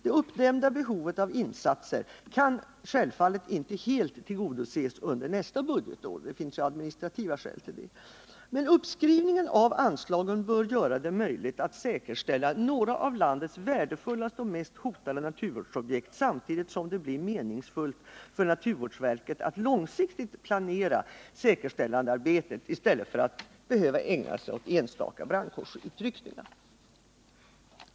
Det uppdämda behovet av insatser kan självfallet inte helt tillgodoses under nästa budgetår — det finns ju administrativa skäl till det — men uppskrivningen av anslagen bör göra det möjligt att säkerställa några av landets värdefullaste och mest hotade naturvårdsobjekt samtidigt som det blir meningsfullt för naturvårdsverket att långsiktigt planera säkerställandearbetet i stället för att behöva ägna sig åt enstaka brandkårsutryckningar.